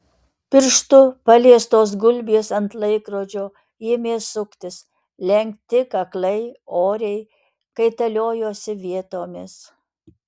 pirštu paliestos gulbės ant laikrodžio ėmė suktis lenkti kaklai oriai kaitaliojosi vietomis